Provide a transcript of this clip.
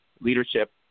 leadership